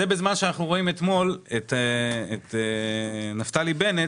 בזמן שאנחנו רואים אתמול את נפתלי בנט,